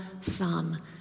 Son